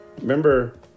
Remember